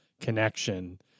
connection